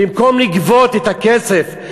במקום לגבות את הכסף,